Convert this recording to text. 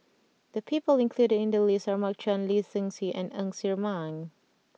the people included in the list are Mark Chan Lee Seng Tee and Ng Ser Miang